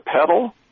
pedal